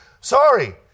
Sorry